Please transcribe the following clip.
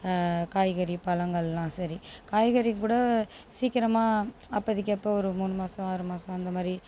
காய்கறி பழங்கள்லாம் சரி காய்கறி கூட சீக்கிரமாக அப்போதிக்கு அப்போ ஒரு மூணு மாதம் ஆறு மாதம் அந்தமாதிரி